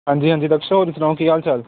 ਹਾਂਜੀ ਹਾਂਜੀ ਦਕਸ਼ ਹੋਰ ਸੁਣਾਓ ਕੀ ਹਾਲ ਚਾਲ